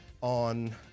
on